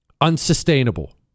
unsustainable